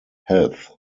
health